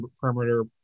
perimeter